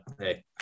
hey